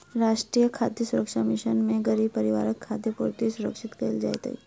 राष्ट्रीय खाद्य सुरक्षा मिशन में गरीब परिवारक खाद्य पूर्ति सुरक्षित कयल जाइत अछि